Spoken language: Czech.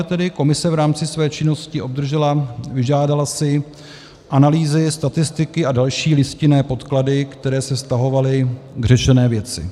5) Komise v rámci své činnost obdržela, vyžádala si analýzy, statistiky a další listinné podklady, které se vztahovaly k řešené věci.